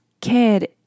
kid